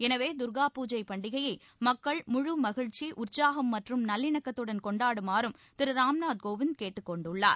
எனவே தர்கா பூஜை பண்டிகையை மக்கள் முழு மகிழ்ச்சி உற்சாகம் மற்றும் நல்லிணக்கத்துடன் கொண்டாடுமாறும் திரு ராம்நாத் கோவிந்த் கேட்டுக் கொண்டுள்ளார்